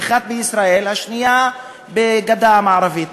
האחת בישראל והשנייה בגדה המערבית,